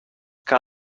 que